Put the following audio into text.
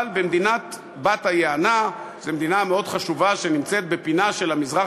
אבל במדינת בת-היענה זו מדינה מאוד חשובה שנמצאת בפינה של המזרח